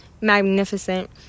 magnificent